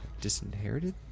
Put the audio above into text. Disinherited